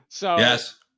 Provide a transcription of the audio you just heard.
Yes